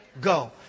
go